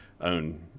own